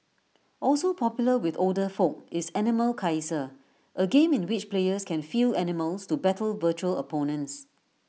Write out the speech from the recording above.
also popular with older folk is animal Kaiser A game in which players can field animals to battle virtual opponents